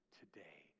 today